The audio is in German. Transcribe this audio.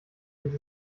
sieht